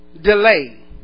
delay